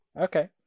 Okay